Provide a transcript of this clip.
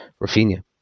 Rafinha